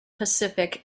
pacific